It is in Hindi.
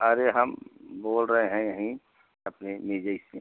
अरे हम बोल रहे हैं यहीं अपने मेजइ से